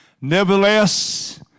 Nevertheless